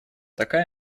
такая